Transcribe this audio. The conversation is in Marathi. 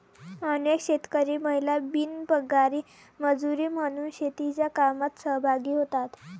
अनेक शेतकरी महिला बिनपगारी मजुरी म्हणून शेतीच्या कामात सहभागी होतात